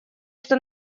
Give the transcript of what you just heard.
что